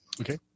Okay